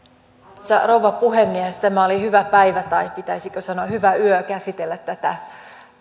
arvoisa rouva puhemies tämä oli hyvä päivä tai pitäisikö sanoa hyvä yö käsitellä tätä